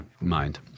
mind